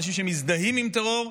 אנשים שמזדהים עם טרור,